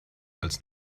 als